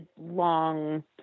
long